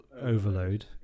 overload